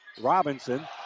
Robinson